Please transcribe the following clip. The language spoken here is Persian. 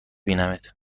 بینمت